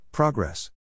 Progress